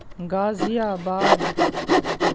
غازی آباد